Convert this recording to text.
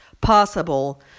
possible